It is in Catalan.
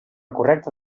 correcta